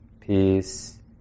peace